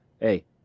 hey